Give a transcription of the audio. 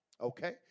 Okay